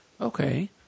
Okay